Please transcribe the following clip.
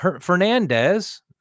Fernandez